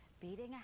beating